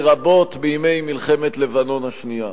לרבות בימי מלחמת לבנון השנייה.